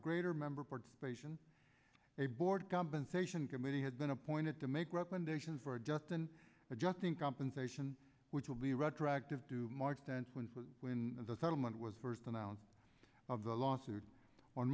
greater member board station a board compensation committee had been appointed to make recommendations for justin adjusting compensation which will be retroactive to march tenth once was when the settlement was first announced of the lawsuit on